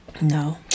No